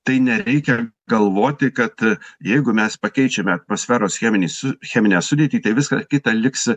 tai nereikia galvoti kad jeigu mes pakeičiame atmosferos cheminį su cheminę sudėtį tai visa kita liks